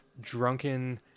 drunken